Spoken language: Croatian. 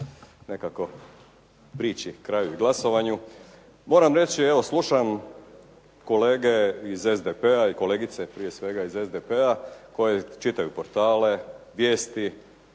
nekako prići kraju i glasovanju. Moram reći evo slušam kolege iz SDP-a i kolegice prije svega iz SDP-a koje čitaju portale, vijesti,